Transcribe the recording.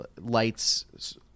lights